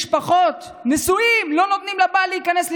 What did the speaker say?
משפחות, נשואים, לא נותנים לבעל להיכנס לישראל.